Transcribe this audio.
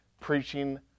preaching